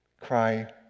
Cry